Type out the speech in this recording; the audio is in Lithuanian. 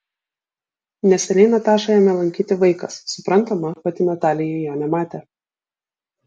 neseniai natašą ėmė lankyti vaikas suprantama pati natalija jo nematė